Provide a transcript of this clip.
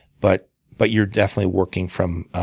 but but you're definitely working from